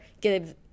give